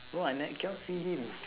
no I nev~ cannot see him